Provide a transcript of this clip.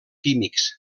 químics